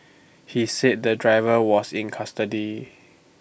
he said the driver was in custody